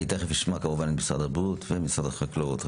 אני תיכף אשמע כמובן את משרד הבריאות ומשרד החקלאות.